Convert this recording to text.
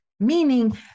meaning